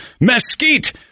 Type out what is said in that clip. Mesquite